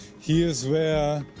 here is where,